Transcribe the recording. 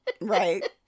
right